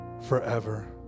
forever